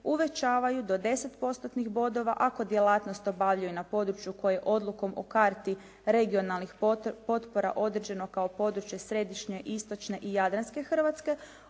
uvećavaju do 10 postotnih bodova, a ako djelatnost obavljaju na području koje odlukom o karti regionalnih potpora određeno kao područje središnje i istočne i jadranske Hrvatske,